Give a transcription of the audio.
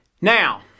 Now